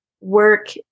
work